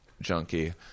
junkie